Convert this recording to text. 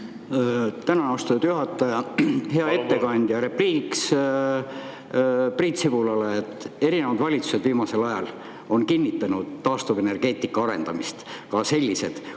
Tänan, austatud juhataja! Hea ettekandja! Repliik Priit Sibulale: erinevad valitsused viimasel ajal on kinnitanud taastuvenergeetika arendamist, ka sellised, kus